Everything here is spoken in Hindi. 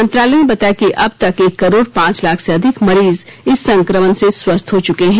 मंत्रालय ने बताया कि अब तक एक करोड पांच लाख से अधिक मरीज इस संक्रमण से स्वस्थ हो चुके हैं